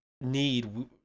need